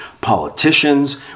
politicians